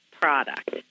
product